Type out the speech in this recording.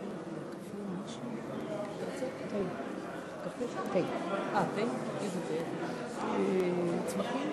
גברתי היושבת-ראש, חברי חברי הכנסת,